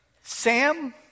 Sam